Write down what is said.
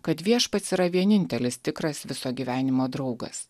kad viešpats yra vienintelis tikras viso gyvenimo draugas